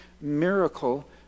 miracle